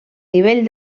nivell